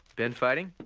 been fighting?